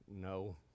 No